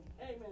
Amen